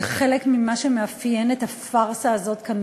זה חלק ממה שמאפיין את הפארסה הזאת כאן,